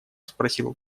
спросил